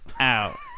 out